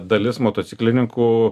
dalis motociklininkų